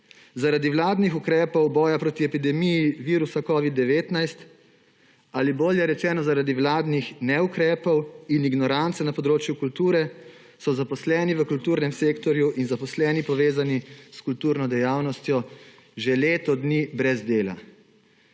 Zaradi vladnih ukrepov boja proti epidemiji virusa covid-19 ali bolje rečeno, zaradi vladnih neukrepov in ignorance na področju kulture so zaposleni v kulturnem sektorju in zaposleni, povezani s kulturno dejavnostjo, že leto dni brez dela.